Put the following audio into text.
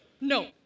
No